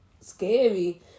scary